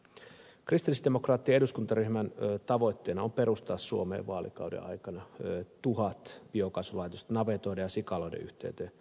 kristillisdemokraattien eduskuntaryhmän tavoitteena on perustaa suomeen vaalikauden aikana tuhat biokaasulaitosta navetoiden ja sikaloiden yhteyteen